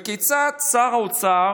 וכיצד שר האוצר